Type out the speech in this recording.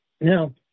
Now